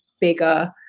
bigger